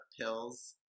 pills